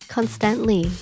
Constantly